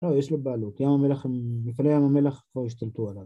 לא, יש לו בעלות. ים המלח... לפני ים המלח פה השתלטו עליו.